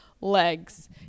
legs